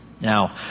Now